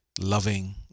loving